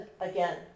again